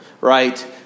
right